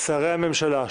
שרי הממשלה,